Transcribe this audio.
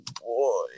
boy